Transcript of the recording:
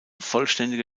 vollständige